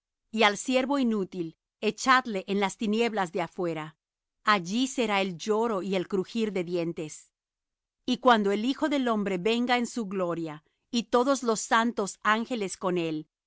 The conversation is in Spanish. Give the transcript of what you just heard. y al siervo inútil echadle en las tinieblas de afuera allí será el lloro y el crujir de dientes y cuando el hijo del hombre venga en su gloria y todos los santos ángeles con él